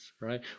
right